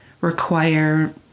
require